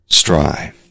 strive